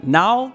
now